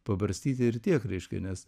pabarstyti ir tiek reiškia nes